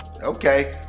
Okay